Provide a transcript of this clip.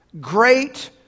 great